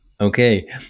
Okay